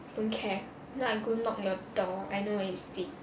don't care if not I go knock your door I know where you stay